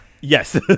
Yes